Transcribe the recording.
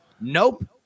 Nope